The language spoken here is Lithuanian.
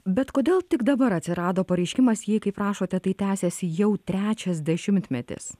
bet kodėl tik dabar atsirado pareiškimas jei kaip rašote tai tęsiasi jau trečias dešimtmetis